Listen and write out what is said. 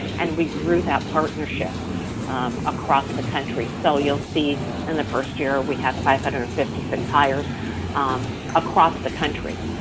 and we grew that partnership across the country, so you'll see in and the first year we had five hundred and fifty six hires across the country,